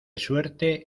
suerte